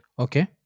Okay